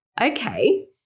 Okay